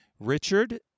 Richard